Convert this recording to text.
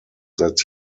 that